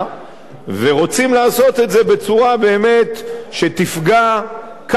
ורוצים לעשות את זה בצורה שתפגע כמה שפחות